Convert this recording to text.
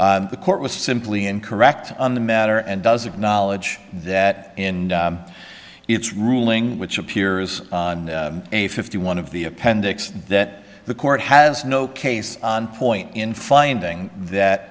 the court was simply incorrect on the matter and does acknowledge that in its ruling which appears on a fifty one of the appendix that the court has no case on point in finding that